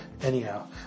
anyhow